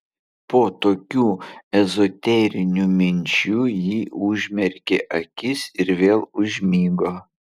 po tokių ezoterinių minčių ji užmerkė akis ir vėl užmigo